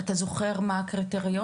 אתה זוכר מה היו הקריטריונים?